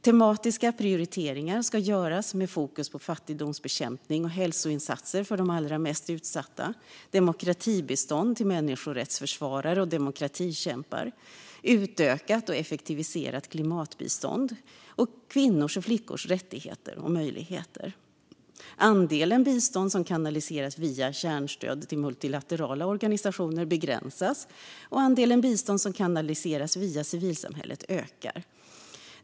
Tematiska prioriteringar ska göras med fokus på fattigdomsbekämpning och hälsoinsatser för de allra mest utsatta, demokratibistånd till människorättsförsvarare och demokratikämpar, utökat och effektiviserat klimatbistånd och kvinnors och flickors rättigheter och möjligheter. Andelen bistånd som kanaliseras via kärnstöd till multilaterala organisationer begränsas, och andelen bistånd som kanaliseras via civilsamhället ökar.